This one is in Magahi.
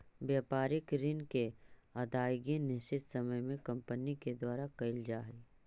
व्यापारिक ऋण के अदायगी निश्चित समय में कंपनी के द्वारा कैल जा हई